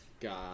god